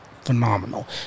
phenomenal